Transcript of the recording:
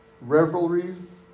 revelries